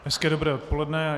Hezké dobré odpoledne.